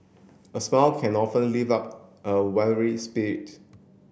a smile can often live up a weary spirit